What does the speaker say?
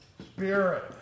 spirit